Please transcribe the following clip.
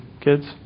kids